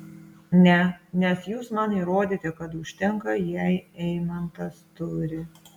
ne nes jūs man įrodėte kad užtenka jei eimantas turi